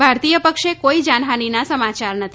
ભારતીય પક્ષે કોઇ જાનહાનિના સમાચાર નથી